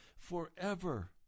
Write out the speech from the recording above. Forever